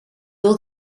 wil